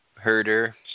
Herder